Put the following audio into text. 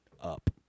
up